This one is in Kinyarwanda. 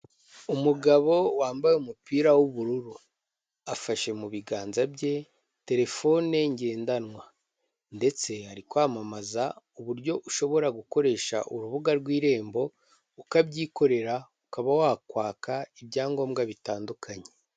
Umugabo wambaye umupira w'ubururu, afashe mu biganza bye terefone ngendanwa ndetse ari kwamamaza uburyo ushobora gukoresha urubuga rw'Irembo, ukabyikorera, ukaba wakwaka ibyangombwa bitandukanye.